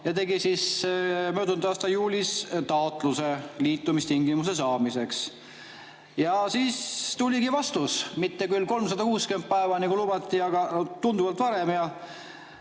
ta tegi möödunud aasta juulis taotluse liitumistingimuste saamiseks. Ja siis tuligi vastus, mitte küll 360 päeva hiljem, nagu lubati, aga tunduvalt varem.